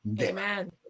Amen